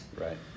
Right